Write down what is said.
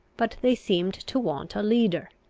but they seemed to want a leader.